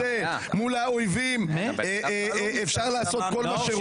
מול אויבים אפשר לעשות כל מה שרוצים?